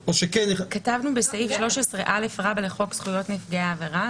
--- כתבנו בסעיף 13א לחוק זכויות נפגעי העבירה,